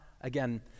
Again